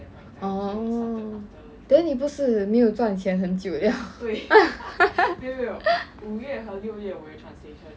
oh then 你不是没有赚钱很久了